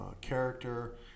character